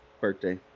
birthday